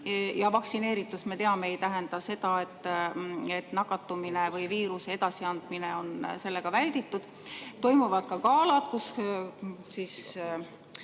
inimesi. Vaktsineeritus, nagu me teame, ei tähenda seda, et nakatumine või viiruse edasiandmine on sellega välditud. Toimuvad ka galad, kus